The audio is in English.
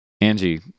Angie